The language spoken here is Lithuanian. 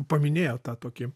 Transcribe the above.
paminėjo tą tokį